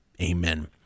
Amen